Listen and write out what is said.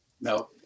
No